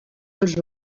els